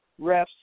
refs